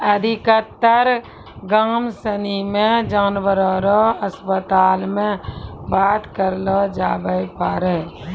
अधिकतर गाम सनी मे जानवर रो अस्पताल मे बात करलो जावै पारै